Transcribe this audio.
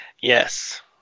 Yes